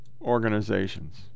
organizations